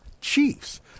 Chiefs